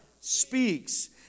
Speaks